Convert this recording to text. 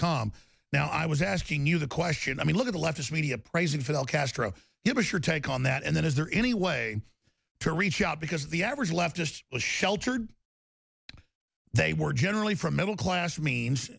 com now i was asking you the question i mean look at the leftist media praising fidel castro give us your take on that and then is there any way to reach out because the average leftist was sheltered they were generally from middle class